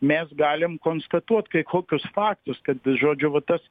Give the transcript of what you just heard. mes galim konstatuot kai kokius faktus kad žodžiu va tas